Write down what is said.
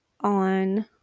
on